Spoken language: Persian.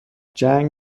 جنگ